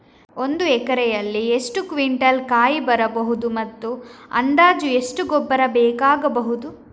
ಒಂದು ಎಕರೆಯಲ್ಲಿ ಎಷ್ಟು ಕ್ವಿಂಟಾಲ್ ಕಾಯಿ ಬರಬಹುದು ಮತ್ತು ಅಂದಾಜು ಎಷ್ಟು ಗೊಬ್ಬರ ಬೇಕಾಗಬಹುದು?